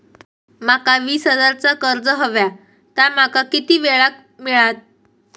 माका वीस हजार चा कर्ज हव्या ता माका किती वेळा क मिळात?